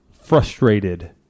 frustrated